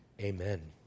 amen